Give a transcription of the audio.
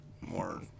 more